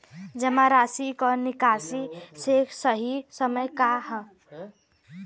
जमा राशि क निकासी के सही समय का ह?